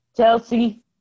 Chelsea